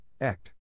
act